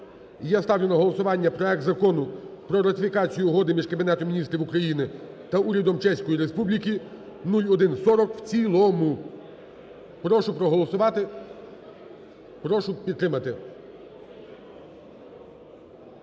я ставлю на голосування проект Закону про ратифікацію Угоди між Кабінетом Міністрів України та Урядом Чеської Республіки (0140) в цілому. Прошу проголосувати. Прошу підтримати.